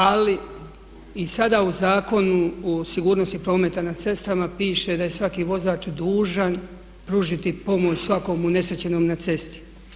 Ali i sada u Zakonu o sigurnosti prometa na cestama piše da je svaki vozač dužan pružiti pomoć svakom unesrećenom na cesti.